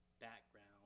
background